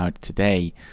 today